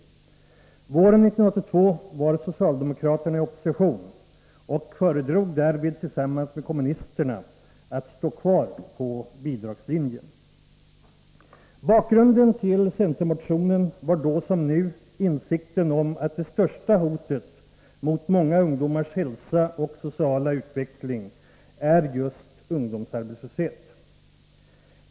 Våren 1982 var socialdemokraterna i opposition och föredrog därvid tillsammans med kommunisterna att stå kvar vid bidragslinjen. Bakgrunden till centermotionen var då som nu insikten om att det största hotet mot många ungdomars hälsa och sociala utveckling är just ungdomsarbetslösheten.